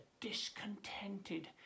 discontented